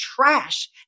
trash